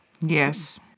Yes